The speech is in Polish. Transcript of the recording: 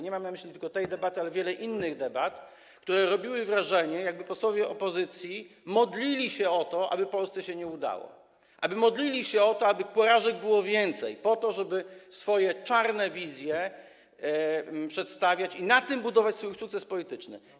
Nie mam na myśli tylko tej debaty, ale też wiele innych debat, które sprawiały wrażenie, jakby posłowie opozycji modlili się o to, aby Polsce się nie udało, jakby modlili się o to, aby porażek było więcej, po to, żeby przedstawiać swoje czarne wizje i na tym budować swój sukces polityczny.